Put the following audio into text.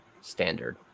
standard